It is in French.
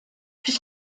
plus